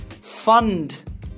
fund